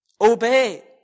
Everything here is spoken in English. Obey